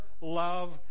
love